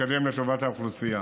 לקדם לטובת האוכלוסייה.